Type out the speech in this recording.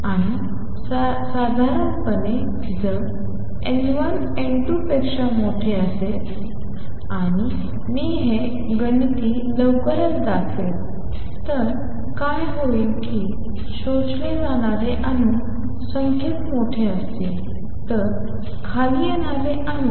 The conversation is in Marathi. आणि साधारणपणे जर N1 N2 पेक्षा मोठे असेल आणि मी हे गणिती लवकरच दाखवेन तर काय होईल की शोषले जाणारे अणू संख्येत मोठे असतील तर खाली येणारे अणू